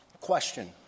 Question